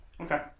Okay